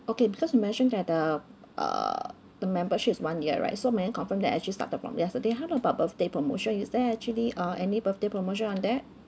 okay because you mentioned that the uh the membership is one year right so may I confirm that actually started from yesterday how about birthday promotion is there actually uh any birthday promotion on that